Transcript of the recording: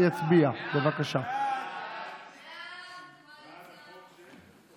שהיא ובנט הבטיחו שזה יהיה הדבר הראשון שהם יסדירו עם הקמת הממשלה,